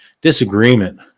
disagreement